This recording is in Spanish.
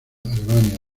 alemania